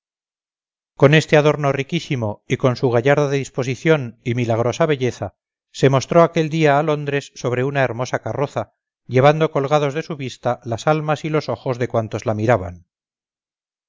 con este adorno riquísimo y con su gallarda disposición y milagrosa belleza se mostró aquel día a londres sobre una hermosa carroza llevando colgados de su vista las almas y los ojos de cuantos la miraban